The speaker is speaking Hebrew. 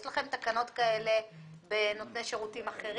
יש לכם תקנות כאלה בנושא שירותים אחרים?